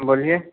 बोलिए